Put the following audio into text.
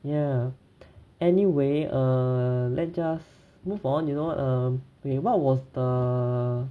ya anyway err let's just move on you know um wait what was the